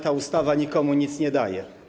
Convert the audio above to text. Ta ustawa nikomu nic nie daje.